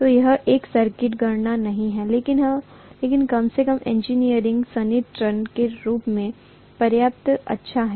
तो यह एक सटीक गणना नहीं है लेकिन कम से कम यह इंजीनियरिंग सन्निकटन के रूप में पर्याप्त अच्छा है